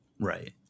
Right